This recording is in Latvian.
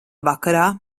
vakarā